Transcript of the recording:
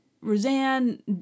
Roseanne